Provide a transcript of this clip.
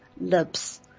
lips